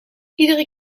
iedere